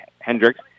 Hendricks